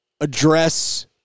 address